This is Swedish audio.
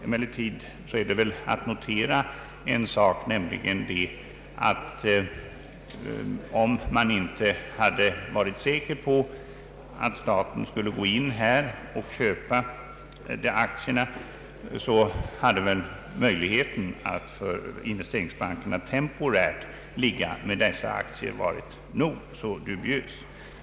Emellertid är det att notera att om man inte hade varit säker på att staten skulle gå in och köpa dessa aktier så hade möjligheten för Investeringsbanken «att temporärt ligga med dessa aktier varit nog så dubiös.